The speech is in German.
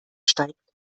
steigt